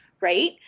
right